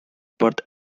perth